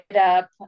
up